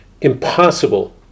impossible